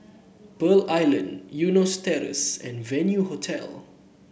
Pearl Island Eunos Terrace and Venue Hotel